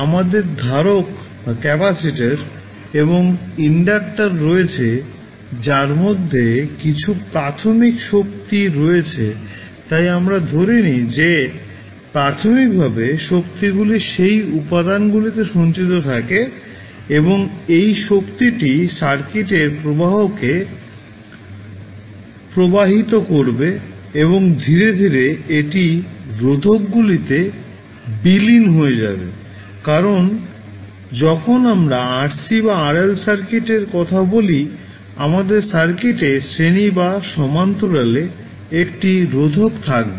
আমাদের ধারক এবং ইন্ডাক্টর রয়েছে যার মধ্যে কিছু প্রাথমিক শক্তি রয়েছে তাই আমরা ধরে নিই যে প্রাথমিকভাবে শক্তিগুলি সেই উপাদানগুলিতে সঞ্চিত থাকে এবং এই শক্তিটি সার্কিটের প্রবাহকে প্রবাহিত করবে এবং ধীরে ধীরে এটি রোধকগুলিতে বিলীন হয়ে যাবে কারণ যখন আমরা RC বা RL সার্কিট এর কথা বলি আমাদের সার্কিটে শ্রেণী বা সমান্তরালে একটি রোধক থাকবে